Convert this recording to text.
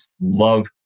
love